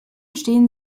stehen